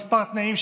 כמה תנאים,